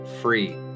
free